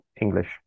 English